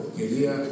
quería